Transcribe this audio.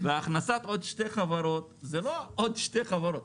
וההכנסה של עוד שתי חברות זה לא עוד שתי חברות.